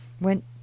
went